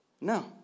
No